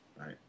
Right